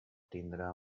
tindrà